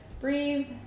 breathe